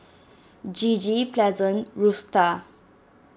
Gigi Pleasant Rutha